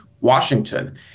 Washington